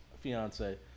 fiance